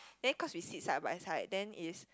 then cause we sit side by side then is